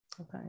Okay